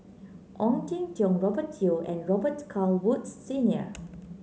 Ong Jin Teong Robert Yeo and Robet Carr Woods Senior